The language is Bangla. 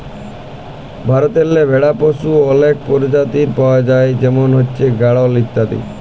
ভারতেল্লে ভেড়া পশুর অলেক পরজাতি পাউয়া যায় যেমল হছে গাঢ়ল ইত্যাদি